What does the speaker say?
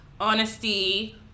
honesty